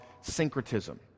syncretism